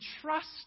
trust